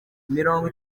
mirongo